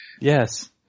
Yes